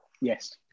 Yes